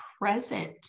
present